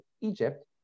Egypt